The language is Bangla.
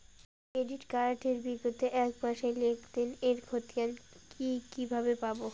ক্রেডিট কার্ড এর বিগত এক মাসের লেনদেন এর ক্ষতিয়ান কি কিভাবে পাব?